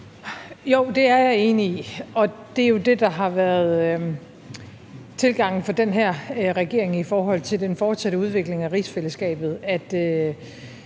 Jo, det er jeg enig i, og det er jo det, der har været tilgangen for den her regering i forhold til den fortsatte udvikling af rigsfællesskabet,